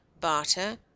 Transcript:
barter